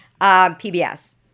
PBS